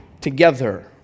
together